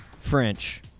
French